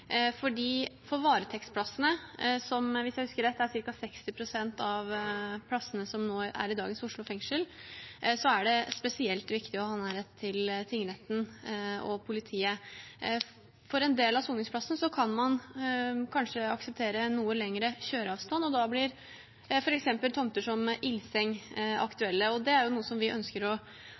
For varetektsplassene – som hvis jeg husker rett, er ca. 60 pst. av plassene som nå er i dagens Oslo fengsel – er det spesielt viktig å ha nærhet til tingretten og politiet. For en del av soningsplassene så kan man kanskje akseptere noe lengre kjøreavstand, og da blir f.eks. tomter som Ilseng aktuelle. Det er noe som vi ønsker å